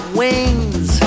wings